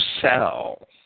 sell